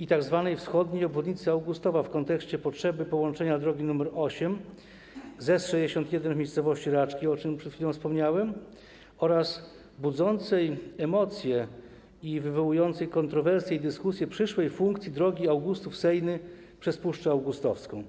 i tzw. wschodniej obwodnicy Augustowa w kontekście potrzeby połączenia drogi nr 8 z S61 w miejscowości Raczki, o czym przed chwilą wspomniałem, oraz budzącej emocje i wywołującej kontrowersje i dyskusje przyszłej funkcji drogi Augustów - Sejny przez Puszczę Augustowską.